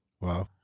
Wow